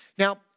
Now